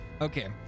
Okay